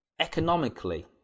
economically